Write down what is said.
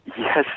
Yes